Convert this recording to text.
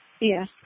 Yes